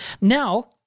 Now